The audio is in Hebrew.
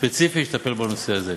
ספציפית שתטפל בנושא הזה.